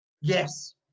Yes